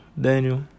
Daniel